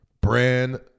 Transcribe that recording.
brand